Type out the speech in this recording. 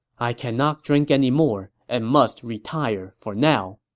i cannot drink anymore and must retire for now.